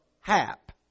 HAP